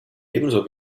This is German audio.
ebenso